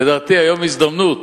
לדעתי, היום יש הזדמנות